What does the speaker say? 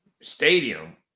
stadium